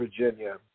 Virginia